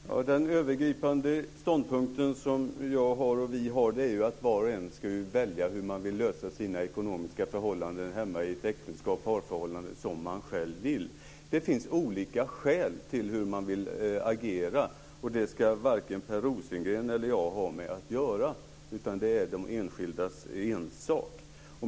Fru talman! Den övergripande ståndpunkt som vi har är att det är upp till var och en att välja hur man vill lösa sina ekonomiska förhållanden hemma - i äktenskapet eller i parförhållandet. Det finns olika skäl till hur man vill agera. Det ska varken Per Rosengren eller jag ha med att göra, utan det är de enskildas ensak.